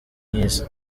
nk’izi